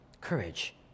Courage